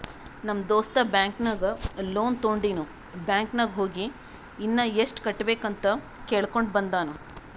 ನಮ್ ದೋಸ್ತ ಬ್ಯಾಂಕ್ ನಾಗ್ ಲೋನ್ ತೊಂಡಿನು ಬ್ಯಾಂಕ್ ನಾಗ್ ಹೋಗಿ ಇನ್ನಾ ಎಸ್ಟ್ ಕಟ್ಟಬೇಕ್ ಅಂತ್ ಕೇಳ್ಕೊಂಡ ಬಂದಾನ್